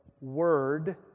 word